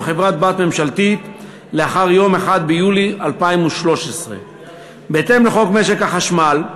חברה-בת ממשלתית לאחר 1 ביולי 2013. בהתאם לחוק משק החשמל,